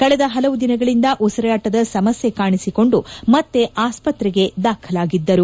ಕಳೆದ ಪಲವು ದಿನಗಳಿಂದ ಉಸಿರಾಟದ ಸಮಸ್ಯೆ ಕಾಣಿಸಿಕೊಂಡು ಮತ್ತೆ ಆಸ್ಪತ್ರೆಗೆ ದಾಖಲಾಗಿದ್ದರು